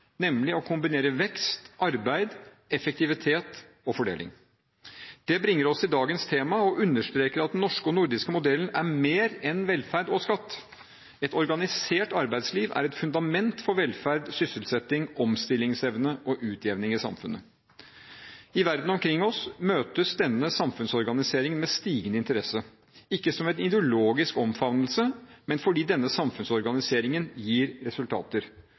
nemlig å kombinere vekst, arbeid, effektivitet og fordeling. Det bringer oss til dagens tema og understreker at den norske og nordiske modellen er mer enn velferd og skatt. Et organisert arbeidsliv er et fundament for velferd, sysselsetting, omstillingsevne og utjevning i samfunnet. I verden omkring oss møtes denne samfunnsorganiseringen med stigende interesse, ikke som en ideologisk omfavnelse, men fordi denne samfunnsorganiseringen gir resultater.